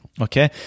okay